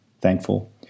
thankful